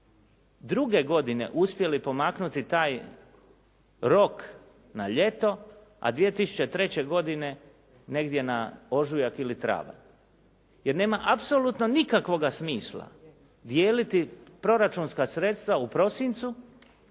2002. godine uspjeli pomaknuti taj rok na ljeto a 2003. godine negdje na ožujak ili travanj jer nema apsolutno nikakvoga smisla dijeliti proračunska sredstva u prosincu